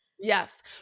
Yes